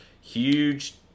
huge